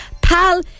pal